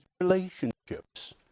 relationships